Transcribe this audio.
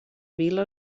vila